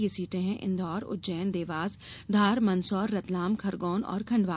यह सीटें है इंदौर उज्जैन देवास धार मंदसौर रतलाम खरगौन और खण्डवा